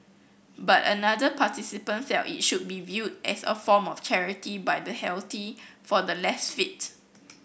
but another participant felt it should be viewed as a form of charity by the healthy for the less fit